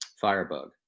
firebug